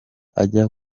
ajya